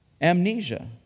amnesia